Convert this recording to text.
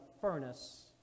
furnace